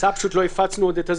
אני לא בודק.